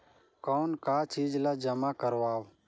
कौन का चीज ला जमा करवाओ?